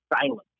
silence